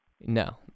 no